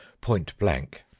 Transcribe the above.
point-blank